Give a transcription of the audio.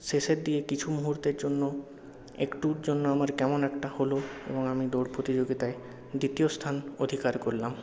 শেষের দিকে কিছু মুহূর্তের জন্য একটুর জন্য আমার কেমন একটা হল এবং আমি দৌড় প্রতিযোগিতায় দ্বিতীয় স্থান অধিকার করলাম